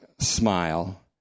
Smile